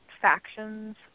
factions